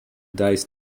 dice